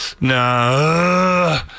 No